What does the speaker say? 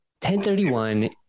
1031